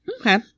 Okay